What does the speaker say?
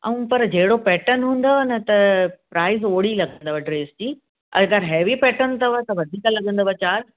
ऐं पर जहिड़ो पेटर्न हूंदव न त प्राईज़ ओड़ी लॻंदव ड्रेस जी अगरि हैवी पेटर्न अथव त वधीक लॻंदव चार्ज